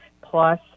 plus